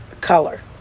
color